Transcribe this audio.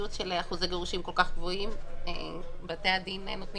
במציאות של אחוזי גירושים כל כך גבוהים בתי הדין נותנים